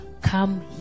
come